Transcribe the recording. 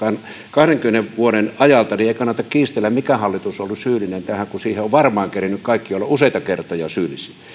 kahdenkymmenen vuoden ajalta niin ei kannata kiistellä mikä hallitus on ollut syyllinen tähän kun siihen ovat varmaan kerinneet kaikki olla useita kertoja syyllisiä